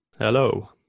Hello